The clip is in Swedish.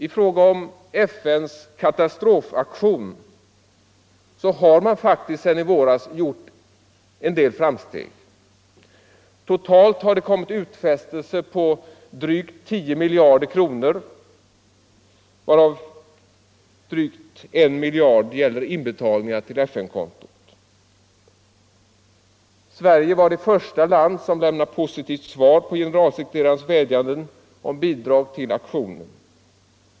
I fråga om FN:s katastrofaktion har man faktiskt sedan i våras gjort en del framsteg. Totalt har det kommit utfästelser om drygt 10 miljarder kronor, varav över en miljard gäller inbetalningar till FN-kontot. Sverige var det första land som lämnade positivt svar på generalsekreterarens vädjanden om bidrag till aktionen.